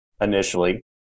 initially